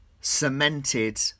cemented